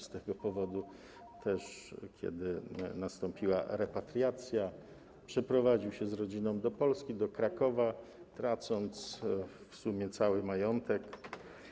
Z tego powodu, kiedy nastąpiła repatriacja, przeprowadził się z rodziną do Polski, do Krakowa, tracąc w sumie cały majątek.